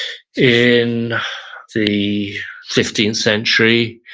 in the fifteenth century,